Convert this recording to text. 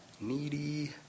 needy